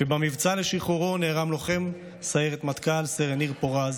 שבמבצע לשחרורו נהרג לוחם סיירת מטכ"ל סרן ניר פורז,